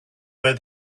where